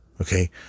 Okay